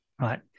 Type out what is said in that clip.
right